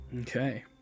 Okay